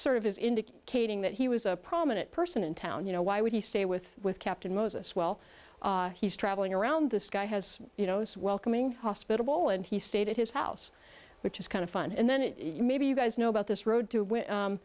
sort of his indicating that he was a prominent person in town you know why would he stay with with captain moses well he's traveling around this guy has you know as welcoming hospitable and he stayed at his house which is kind of fun and then maybe you guys know about this road to